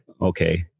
okay